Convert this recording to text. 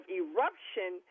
eruption